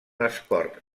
esport